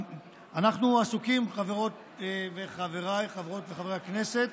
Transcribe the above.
אנחנו עסוקים, חברותיי וחבריי חברות וחברי הכנסת,